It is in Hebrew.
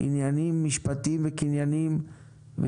עניינים משפטיים וקנייניים,